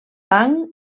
banc